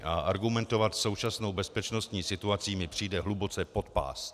A argumentovat současnou bezpečnostní situací mi přijde hluboce pod pás.